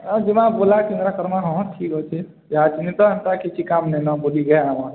ହଁ ଯିମା ବୋଲେ ଟିକେଟ୍ କର୍ମା ହଁ ଠିକ୍ ଅଛି ଇହାତିନି ତ ହେନ୍ତା କିଛି କାମ୍ ନାଇଁନ ବୁଲିକି ଆଇମା